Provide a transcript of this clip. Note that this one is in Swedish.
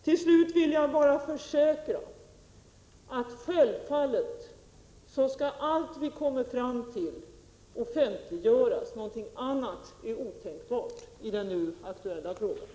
Till slut vill jag bara försäkra att allt vi kommer fram till självfallet skall offentliggöras — någonting annat är otänkbart i den nu aktuella frågan.